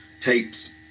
tapes